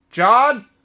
John